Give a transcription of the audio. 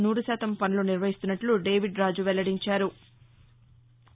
నూరు శాతం పనులు నిర్వహిస్తున్నట్లు దేవిడ్రాజు వెల్లడించారు